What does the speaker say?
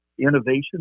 innovation